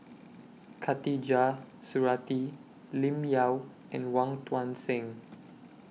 Khatijah Surattee Lim Yau and Wong Tuang Seng